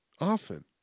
Often